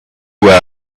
where